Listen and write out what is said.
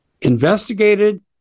investigated